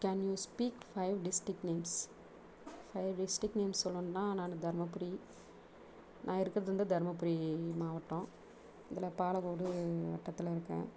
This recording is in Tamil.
can you speak five district names five district name சொல்லணும்னா நான் தர்மபுரி நான் இருக்கிறது வந்து தர்மபுரி மாவட்டம் அதில் பாலகோடு வட்டத்தில் இருக்கேன்